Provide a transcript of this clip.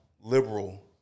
liberal